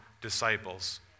disciples